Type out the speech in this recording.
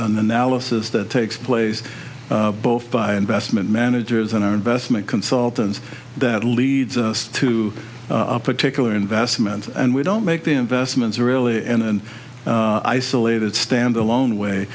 analysis that takes place both by investment managers and our investment consultants that leads us to a particular investment and we don't make the investments really and i saw only that stand alone way